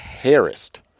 harassed